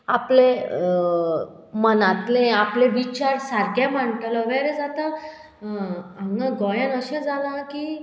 आपले मनांतले आपले विचार सारकें मांडटलो वेरएज आतां हांगा गोंयान अशें जालां की